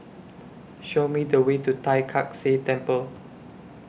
Show Me The Way to Tai Kak Seah Temple